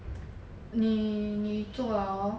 你你做 liao hor